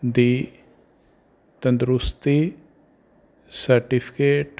ਦੀ ਤੰਦਰੁਸਤੀ ਸਰਟੀਫਿਕੇਟ